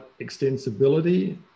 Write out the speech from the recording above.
extensibility